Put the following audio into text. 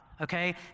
okay